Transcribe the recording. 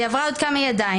היא עברה עוד כמה ידיים,